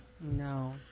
No